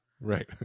Right